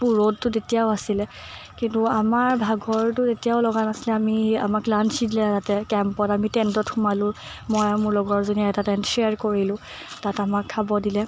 ৰ'দটো তেতিয়াও আছিলে কিন্তু আমাৰ ভাগৰটো এতিয়াও লগা নাছিলে আমি আমাক লাঞ্চ দিলে তাতে কেম্পত আমি টেণ্টত সোমালো মই আৰু মোৰ লগৰজনীয়ে এটা টেণ্ট শ্বেয়াৰ কৰিলোঁ তাত আমাক খাব দিলে